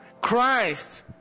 Christ